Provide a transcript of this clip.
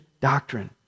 doctrine